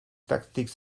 tactics